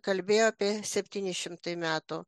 kalbėjo apie seotyni šimtai metų